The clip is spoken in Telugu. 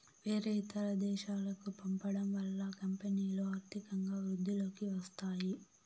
వేరే ఇతర దేశాలకు పంపడం వల్ల కంపెనీలో ఆర్థికంగా వృద్ధిలోకి వస్తాయి